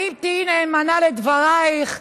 האם תהיי נאמנה לדברייך?